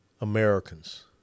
Americans